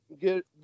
get